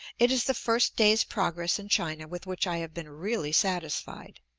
it is the first day's progress in china with which i have been really satisfied.